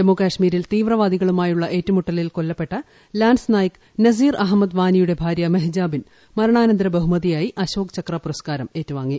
ജമ്മുകശ്മീരിൽ തീവ്രവാദികളുമായുള്ള ഏറ്റുമുട്ടലിൽ കൊല്ലപ്പെട്ട ലാൻസ് നായിക് നസീർ അഹമ്മദ് വാണിയുടെ ഭാര്യ മഹാജബീൻ മരണാനന്ത ബഹുമതിയായി അശോക് ചക്ര പുരസ്കാരം ഏറ്റുവാങ്ങി